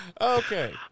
Okay